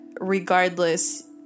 regardless